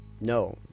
no